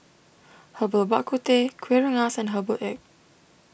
Herbal Bak Ku Teh Kuih Rengas and Herbal Egg